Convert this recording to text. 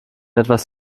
etwas